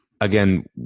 again